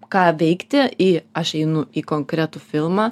ką veikti į aš einu į konkretų filmą